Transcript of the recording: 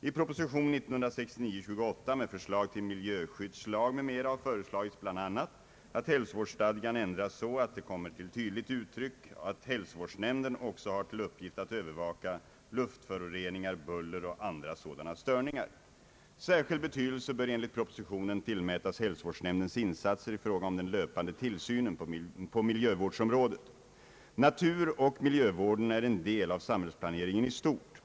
I prop. 1969:28 med förslag till miljöskyddslag m.m. har föreslagits bl.a. att hälsovårdsstadgan ändras så att det kommer till tydligt uttryck att hälsovårdsnämnden också har till uppgift att övervaka luftföroreningar, buller och andra sådana störningar. Särskild betydelse bör enligt propositionen tillmätas hälsovårdsnämndens insatser i fråga om den löpande tillsynen på miljövårdsområdet. Naturoch miljövården är en del av samhällsplaneringen i stort.